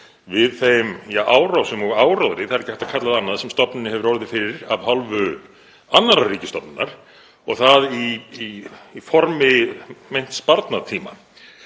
við þeim árásum og áróðri, það er ekki hægt að kalla það annað, sem stofnunin hefur orðið fyrir af hálfu annarrar ríkisstofnunar og það í formi meints barnatíma.